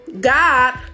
God